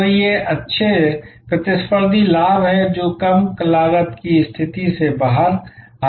तो ये अच्छे प्रतिस्पर्धी लाभ हैं जो कम लागत की स्थिति से बाहर आते हैं